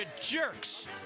jerks